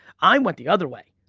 i went the other way.